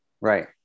Right